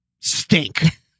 stink